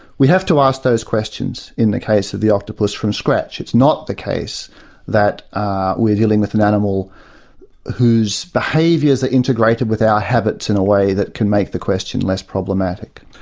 we have to ask those questions in the case of the octopus, from scratch. it's not the case that we're dealing with an animal whose behaviours are integrated with our habits in a way that can make the question less problematic.